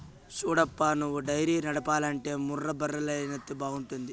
సూడప్పా నువ్వు డైరీ నడపాలంటే ముర్రా బర్రెలైతేనే బాగుంటాది